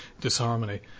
disharmony